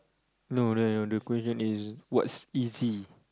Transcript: no no no the question is what's easy